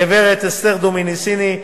הגברת אסתר דומיניסיני,